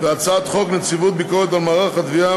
והצעת חוק נציבות ביקורת על מערך התביעה